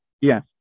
Yes